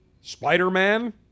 Spider-Man